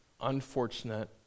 unfortunate